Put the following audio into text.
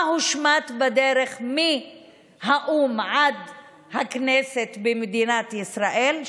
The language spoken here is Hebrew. מה הושמט בדרך מהאו"ם עד הכנסת במדינת ישראל?